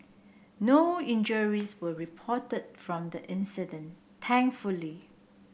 no injuries were reported from the incident thankfully